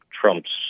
Trump's